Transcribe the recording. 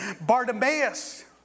Bartimaeus